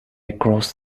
across